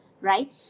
right